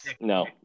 no